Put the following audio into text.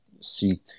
seek